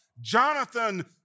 Jonathan